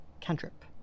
cantrip